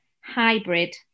hybrid